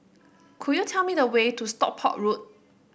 could you tell me the way to Stockport Road